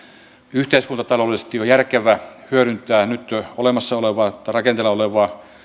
yhteiskuntataloudellisesti on järkevää hyödyntää nyt jo olemassa olevaa tai rakenteilla olevaa